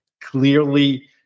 clearly